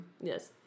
Yes